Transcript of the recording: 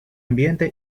ambiente